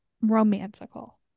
romantical